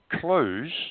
clues